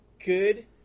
good